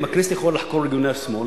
אם הכנסת יכולה לחקור את ארגוני השמאל,